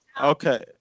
Okay